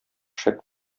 шәп